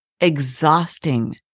exhausting